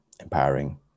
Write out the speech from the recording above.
empowering